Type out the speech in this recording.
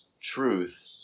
Truth